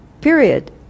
period